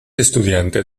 estudiante